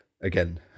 again